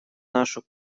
нашу